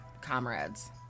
comrades